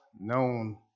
known